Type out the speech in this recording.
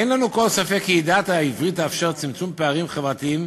אין לנו כל ספק כי ידיעת העברית תאפשר צמצום פערים חברתיים